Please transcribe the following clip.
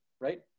right